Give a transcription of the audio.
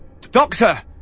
Doctor